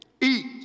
eat